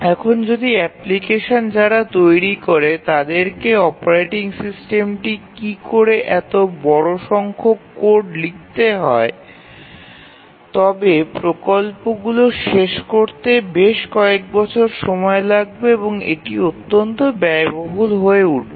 এখন যদি অ্যাপ্লিকেশন যারা তৈরি করে তাদেরকে অপারেটিং সিস্টেমটি কী করে তার এত বড় সংখ্যক কোড লিখতে হয় তবে প্রকল্পগুলি শেষ হতে বেশ কয়েক বছর সময় লাগবে এবং এটি অত্যন্ত ব্যয়বহুল হয়ে উঠবে